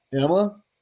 Emma –